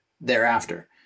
thereafter